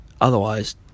otherwise